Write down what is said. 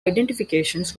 identifications